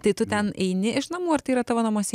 tai tu ten eini iš namų ar tai yra tavo namuose